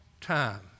time